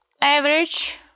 average